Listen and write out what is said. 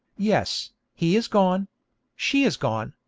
yes, he is gone she is gone,